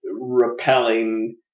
repelling